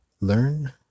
learn